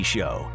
Show